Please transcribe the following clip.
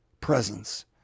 presence